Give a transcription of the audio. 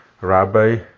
rabbi